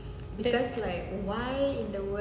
because